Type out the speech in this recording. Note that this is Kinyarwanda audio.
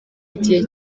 igihe